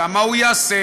גם מה הוא יעשה,